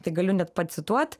tai galiu net pacituot